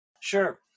Sure